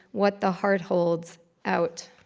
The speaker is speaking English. what the heart holds out.